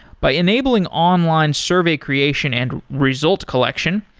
by enabling online survey creation and result collection,